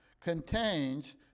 contains